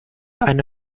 eine